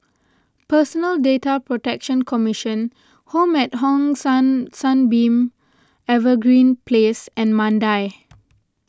Personal Data Protection Commission Home at Hong San Sunbeam Evergreen Place and Mandai